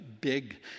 big